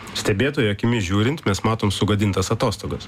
stebėtojo akimis žiūrint mes matom sugadintas atostogas